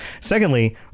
secondly